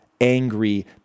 angry